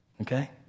Okay